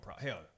Hell